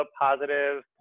positive